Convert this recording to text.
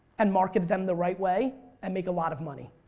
and market them the right way and make a lot of money.